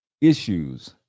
issues